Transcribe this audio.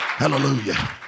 Hallelujah